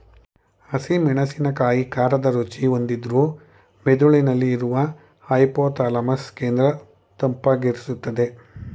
ಹಸಿ ಮೆಣಸಿನಕಾಯಿ ಖಾರದ ರುಚಿ ಹೊಂದಿದ್ರೂ ಮೆದುಳಿನಲ್ಲಿ ಇರುವ ಹೈಪೋಥಾಲಮಸ್ ಕೇಂದ್ರ ತಂಪಾಗಿರ್ಸ್ತದೆ